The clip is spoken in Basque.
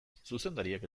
zuzendariak